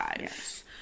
Yes